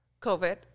COVID